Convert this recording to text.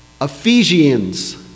Ephesians